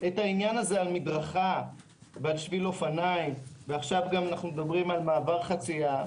את העניין הזה על מדרכה ועל שביל אופניים ועכשיו מדברים על מעבר חצייה,